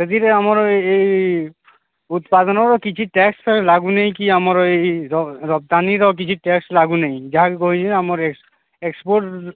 ସେଥିରେ ଆମର ଏଇ ଉତ୍ପାଦନର କିଛି ଟ୍ୟାକ୍ସ ଲାଗୁନି କି ଆମର ଏଇ ରପ୍ତାନିର କିଛି ଟ୍ୟାକ୍ସ ଲାଗୁନି ଯାହାକି କହିଲେ ଆମର ଏକ୍ସପୋର୍ଟ